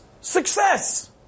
Success